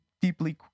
deeply